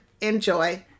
Enjoy